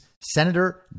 Senator